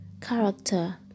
character